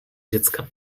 dziecka